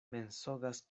mensogas